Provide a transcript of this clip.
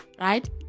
right